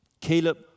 Caleb